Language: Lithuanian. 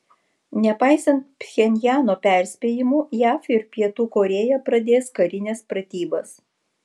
nepaisant pchenjano perspėjimų jav ir pietų korėja pradės karines pratybas